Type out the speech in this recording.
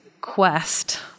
quest